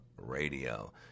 radio